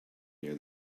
near